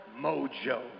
Mojo